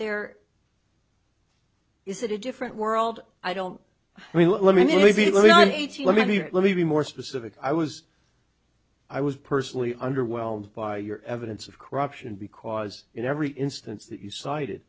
there is it a different world i don't mean let me let me on eighty let me let me be more specific i was i was personally underwhelmed by your evidence of corruption because in every instance that you cited